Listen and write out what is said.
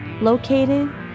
located